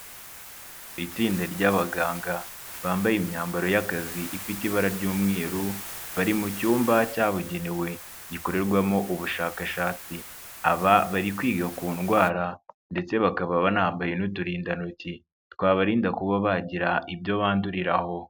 Itsinda ry'abaganga bambaye imyambaro y'akazi ifite ibara ry'umweru, bari mu cyumba cyabugenewe gikorerwamo ubushakashatsi, aba bari kwiga ku ndwara ndetse bakaba banambaye n'uturindantoki, twabarinda kuba bagira ibyo bandurira aho.